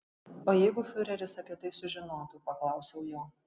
o jeigu fiureris apie tai sužinotų paklausiau jo